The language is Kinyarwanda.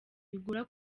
bigora